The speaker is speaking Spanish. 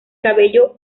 cabello